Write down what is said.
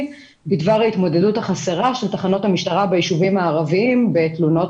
בדבר ההתמודדות החסרה של תחנות המשטרה ביישובים הערביים בתלונות